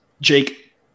jake